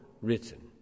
written